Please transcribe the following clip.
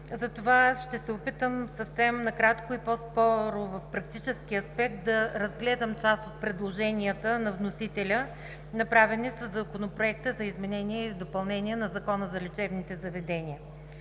затова ще опитам съвсем накратко и по-скоро в практически аспект да разгледам част от предложенията на вносителя, направени със Законопроекта за изменение и допълнение на Закона за лечебните заведения.